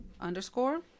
underscore